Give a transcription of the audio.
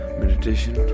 meditation